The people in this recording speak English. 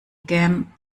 again